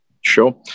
Sure